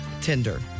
Tinder